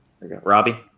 Robbie